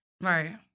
Right